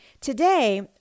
Today